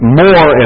more